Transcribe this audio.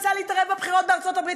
ניסה להתערב בבחירות בארצות-הברית,